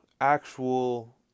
actual